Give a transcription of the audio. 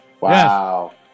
Wow